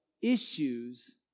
issues